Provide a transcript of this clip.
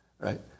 Right